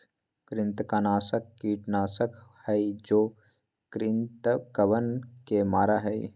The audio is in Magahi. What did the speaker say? कृंतकनाशक कीटनाशक हई जो कृन्तकवन के मारा हई